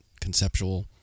conceptual